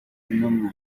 intumwa